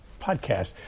podcast